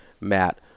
Matt